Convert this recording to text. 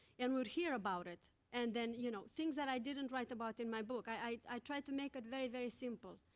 and we'd hear about it. and then, you know, things that i didn't write about in my book. i i tried to make it very, very simple.